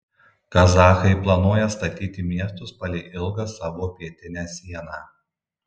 kazachai planuoja statyti miestus palei ilgą savo pietinę sieną